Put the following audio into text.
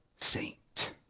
saint